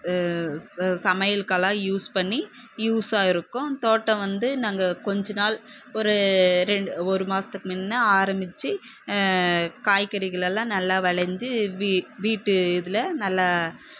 சமையலுக்குலாம் use பண்ணி யூஸ்ஸாக இருக்கும் தோட்டம் வந்து நாங்கள் கொஞ்ச நாள் ஒரு ரெண்டு ஒரு மாததுக்கு முன்னே ஆரம்பிச்சு காய்கறிகளை எல்லாம் நல்லா விளைஞ்சி வீட்டு இதில் நல்லா